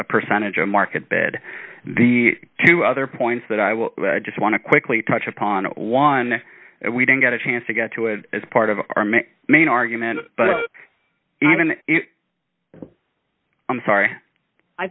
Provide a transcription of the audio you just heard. a percentage of market bid the two other points that i will just want to quickly touch upon one we didn't get a chance to get to it as part of our main argument but even i'm sorry i